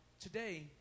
Today